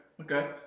okay